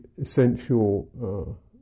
essential